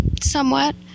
Somewhat